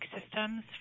systems